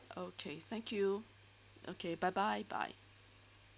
okay thank you okay bye bye bye